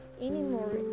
anymore